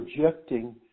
projecting